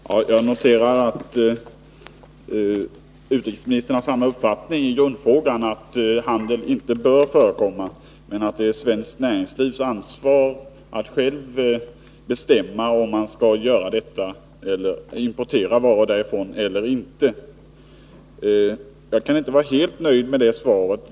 Herr talman! Jag noterar att utrikesministern har samma uppfattning som jag i grundfrågan, nämligen att handel inte bör förekomma, men att det ankommer på det svenska näringslivet självt att bestämma om det skall importera varor från Namibia eller ej. Jag kan inte vara helt nöjd med svaret.